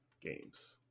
games